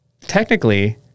technically